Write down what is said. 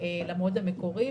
למועד המקורי,